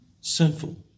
sinful